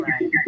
right